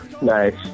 Nice